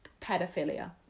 pedophilia